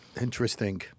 Interesting